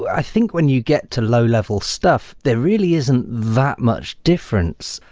i think when you get to low level stuff, there really isn't that much difference.